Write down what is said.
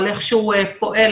על איך שהוא פועל,